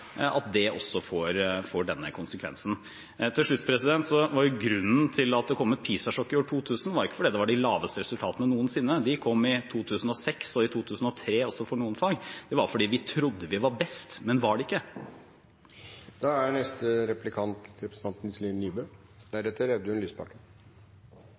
det også denne konsekvensen. Til slutt: Grunnen til at det kom et PISA-sjokk i år 2000, var ikke at det var de dårligste resultatene noensinne – de kom i 2006 og også i 2003, for noen fag – det var at vi trodde vi var best, men ikke var det.